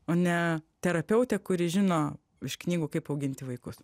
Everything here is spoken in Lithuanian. o ne terapeutė kuri žino iš knygų kaip auginti vaikus